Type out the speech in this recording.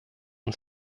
und